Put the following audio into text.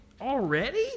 Already